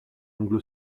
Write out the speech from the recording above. anglo